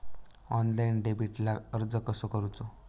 Online डेबिटला अर्ज कसो करूचो?